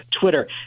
Twitter